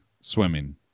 swimming